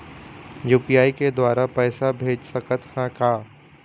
UPI के द्वारा पैसा भेज सकत ह का?